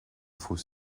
faut